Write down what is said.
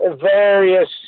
various